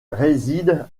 réside